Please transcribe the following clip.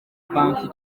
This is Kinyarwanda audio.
banki